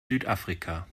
südafrika